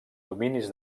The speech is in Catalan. dominis